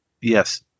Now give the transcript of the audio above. Yes